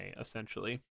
essentially